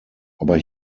aber